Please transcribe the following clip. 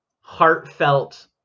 heartfelt